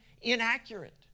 inaccurate